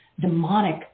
demonic